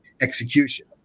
execution